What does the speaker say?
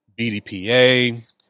BDPA